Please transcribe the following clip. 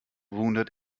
wounded